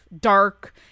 dark